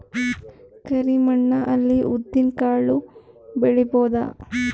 ಕರಿ ಮಣ್ಣ ಅಲ್ಲಿ ಉದ್ದಿನ್ ಕಾಳು ಬೆಳಿಬೋದ?